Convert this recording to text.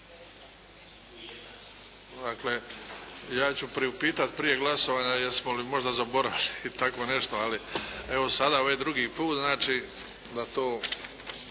Dakle, je ću priupitati prije glasovanja jesmo li možda zaboravili. Ali evo sada, ovo je drugi put znači da to